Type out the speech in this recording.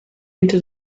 into